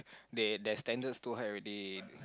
they their standards too high already